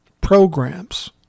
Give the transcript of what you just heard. programs